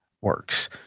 Works